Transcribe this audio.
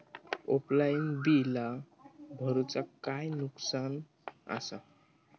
Offline बिला भरूचा काय नुकसान आसा?